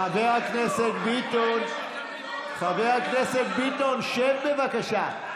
חבר הכנסת ביטון, שב, בבקשה.